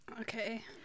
Okay